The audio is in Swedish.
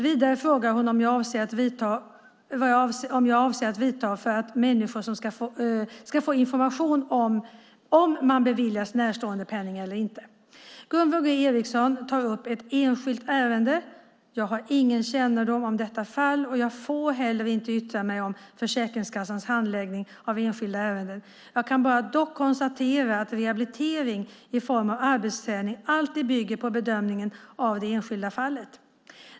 Vidare frågar hon om jag avser att vidta åtgärder för att människor ska få information om man beviljas närståendepenning eller inte. Gunvor G Ericson tar upp ett enskilt ärende. Jag har ingen kännedom om detta fall, och jag får heller inte yttra mig om Försäkringskassans handläggning av enskilda ärenden. Jag kan dock konstatera att rehabilitering i form av arbetsträning alltid bygger på bedömningen av det enskilda fallet.